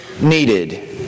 needed